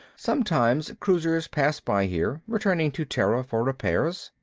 sometimes cruisers pass by here returning to terra for repairs.